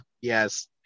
yes